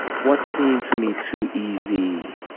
what seemed, to me, too easy